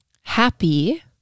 happy